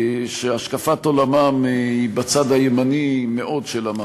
שהשקפת עולמם היא בצד הימני-מאוד של המפה,